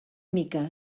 mica